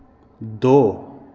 दो